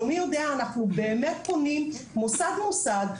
שלומי יודע, אנחנו באמת פונים מוסד, מוסד.